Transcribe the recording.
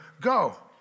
Go